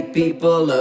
people